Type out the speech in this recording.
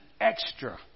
extra